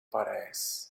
parijs